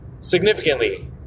significantly